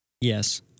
Yes